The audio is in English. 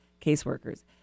caseworkers